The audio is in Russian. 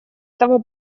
этого